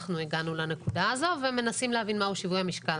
אנחנו הגענו לנקודה הזאת ומנסים להבין מהו שיווי המשקל.